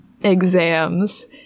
exams